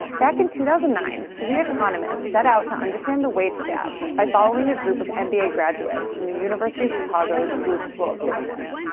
back in two thousand and nine, three economists set out to understand the wage gap by following a group of and mba graduates from the university of chicago's booth school of business.